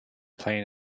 playing